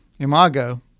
Imago